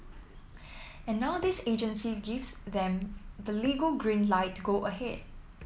and now this agency gives them the legal green light to go ahead